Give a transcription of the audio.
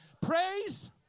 Praise